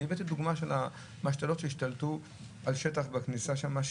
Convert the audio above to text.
אני הבאתי דוגמה של משתלות שהשתלטו על שטח בכניסה שם,